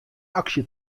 aksje